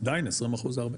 עדיין 20% זה הרבה.